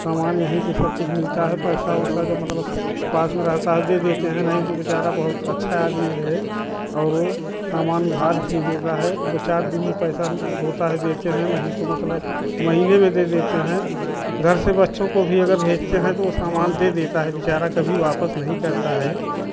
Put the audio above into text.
सामान यहीं पर सबकुछ मिलता है पैसा वैसा जब मतलब पास में रहता है दे देते हैं नहीं तो बेचारा बहुत अच्छा आदमी है और सामान उधार भी देता है दो चार दिन में पैसा होता है देते हैं नहीं तो मतलब महीने में दे देते हैं घर से बच्चों को भी अगर भेजते हैं तो वह सामान दे देता है बेचारा कभी वापस नहीं करता है